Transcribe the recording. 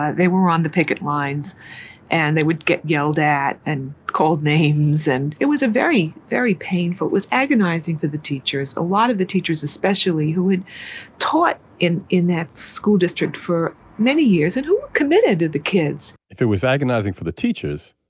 they were on the picket lines and they would get yelled at and called names. and it was a very, very painful it was agonizing for the teachers. a lot of the teachers, especially who had taught in in that school district for many years and who committed to the kids if it was agonizing for the teachers,